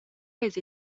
eis